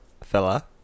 fella